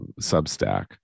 substack